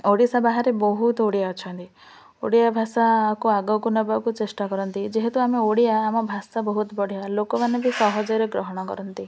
ଓଡ଼ିଶା ବାହାରେ ବହୁତ ଓଡ଼ିଆ ଅଛନ୍ତି ଓଡ଼ିଆ ଭାଷାକୁ ଆଗକୁ ନେବାକୁ ଚେଷ୍ଟା କରନ୍ତି ଯେହେତୁ ଆମେ ଓଡ଼ିଆ ଆମ ଭାଷା ବହୁତ ବଢ଼ିଆ ଲୋକମାନେ ବି ସହଜରେ ଗ୍ରହଣ କରନ୍ତି